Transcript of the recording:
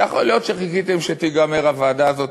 ויכול להיות שחיכיתם שתיגמר הוועדה הזאת,